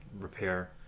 repair